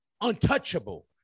Untouchable